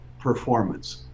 performance